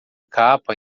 capa